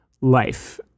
life